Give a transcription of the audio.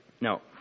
no